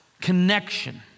connection